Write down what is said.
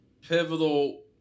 pivotal